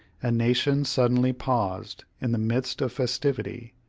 a nation suddenly paused in the midst of festivity,